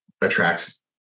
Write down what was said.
attracts